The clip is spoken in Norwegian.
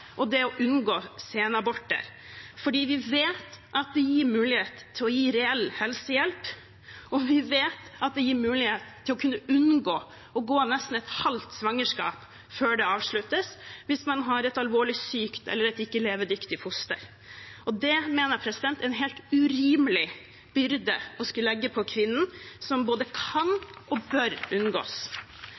og det å unngå senaborter, fordi vi vet at det gir mulighet til å gi reell helsehjelp, og vi vet at det gir mulighet til å kunne unngå å gå nesten et halvt svangerskap før det avsluttes, hvis man har et alvorlig sykt eller et ikke levedyktig foster. Det mener jeg er en helt urimelig byrde å skulle legge på kvinnen, som både kan og bør unngås.